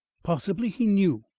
possibly he knew.